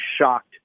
shocked